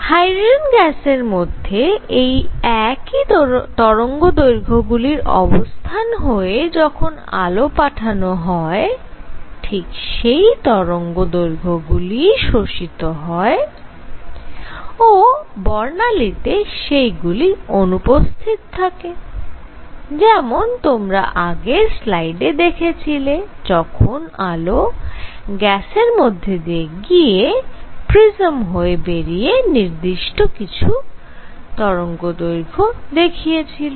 hydrogen গ্যাসের মধ্যে এই একই তরঙ্গদৈর্ঘ্যগুলির অবস্থান হয়ে যখন আলো পাঠানো হয় ঠিক সেই তরঙ্গদৈর্ঘ্যগুলিই শোষিত হয় ও বর্ণালীতে সেইগুলি অনুপস্থিত থাকে যেমন তোমরা আগের স্লাইডে দেখেছিলে যখন আলো গ্যাসের মধ্যে দিয়ে গিয়ে প্রিজম হয়ে বেরিয়ে নির্দিষ্ট কিছু তরঙ্গদৈর্ঘ্য দেখিয়েছিল